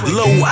low